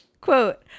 Quote